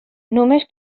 només